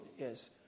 Yes